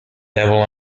devil